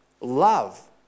love